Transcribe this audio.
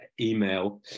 email